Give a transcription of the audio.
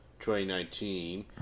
2019